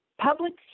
public